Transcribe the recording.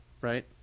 right